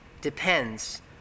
depends